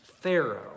Pharaoh